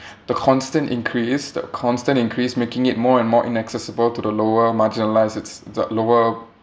the constant increase the constant increase making it more and more inaccessible to the lower marginalised it's the lower